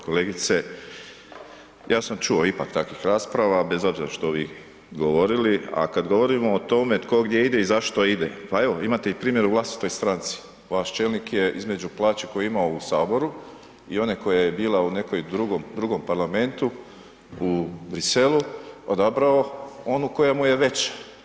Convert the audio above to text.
Kolegice ja sam čuo ipak takvih rasprava, bez obzira što vi govorili, a kad govorimo o tome tko gdje ide i zašto ide, pa evo imate i primjer u vlastitoj stranci, vaš čelnik je između plaće koju je imao u saboru i one koja je bila u nekom drugom parlamentu u Bruxellesu odabrao onu koja mu je veća.